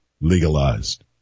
legalized